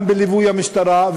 גם בליווי המשטרה,